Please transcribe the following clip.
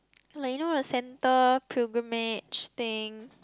like you know the centre pilgrimage thing